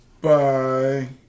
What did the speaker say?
Bye